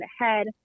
ahead